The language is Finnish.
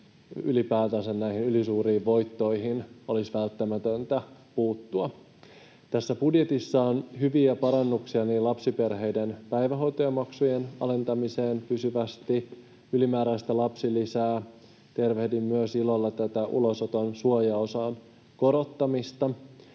ylipäätänsä näihin ylisuuriin voittoihin olisi välttämätöntä puuttua. Tässä budjetissa on hyviä parannuksia: lapsiperheiden päivähoitomaksujen alentaminen pysyvästi, ylimääräinen lapsilisä. Tervehdin ilolla myös tätä ulosoton suojaosan korottamista.